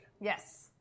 Yes